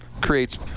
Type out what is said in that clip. creates